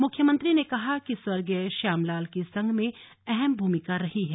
मुख्यमंत्री ने कहा कि स्वर्गीय श्याम लाल की संघ में अहम भूमिका रही है